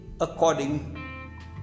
according